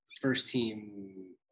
first-team